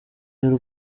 y’u